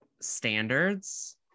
standards